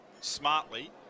smartly